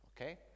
Okay